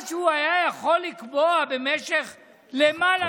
מה שהוא היה יכול לקבוע במשך למעלה מ-70 שנה,